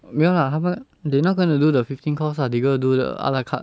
没有 ah 他们 they're not going to do the fifteen course ah they gonna do the a la carte